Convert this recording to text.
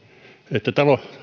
että